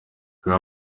ngo